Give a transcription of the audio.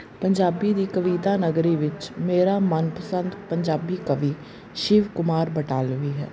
ਪੰਜਾਬੀ ਦੀ ਕਵਿਤਾ ਨਗਰੀ ਵਿੱਚ ਮੇਰਾ ਮਨਪਸੰਦ ਪੰਜਾਬੀ ਕਵੀ ਸ਼ਿਵ ਕੁਮਾਰ ਬਟਾਲਵੀ ਹੈ